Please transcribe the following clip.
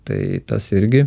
tai tas irgi